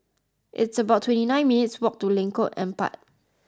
it's about twenty nine minutes' walk to Lengkok Empat